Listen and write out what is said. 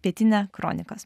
pietinia kronikos